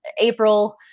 April